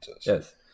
Yes